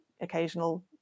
occasional